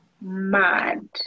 mad